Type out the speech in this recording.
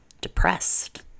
depressed